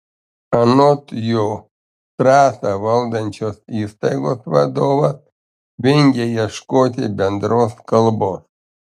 anot jo trasą valdančios įstaigos vadovas vengia ieškoti bendros kalbos